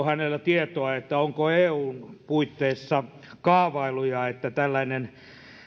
hänellä tietoa onko eun puitteissa kaavailuja että tällainen